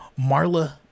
Marla